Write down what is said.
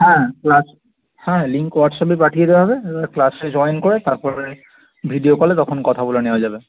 হ্যাঁ ক্লাস হ্যাঁ লিঙ্ক হোয়াটসঅ্যাপে পাঠিয়ে দেওয়া হবে ক্লাসে জয়েন করে তারপরে ভিডিও কলে তখন কথা বলে নেওয়া যাবে